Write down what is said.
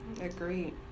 Agreed